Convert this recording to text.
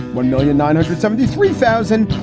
one million nine hundred seventy three thousand.